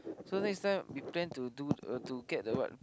so next time we plan to do uh to get the what